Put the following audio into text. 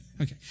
Okay